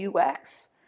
UX